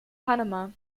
panama